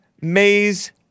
Maze